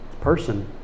Person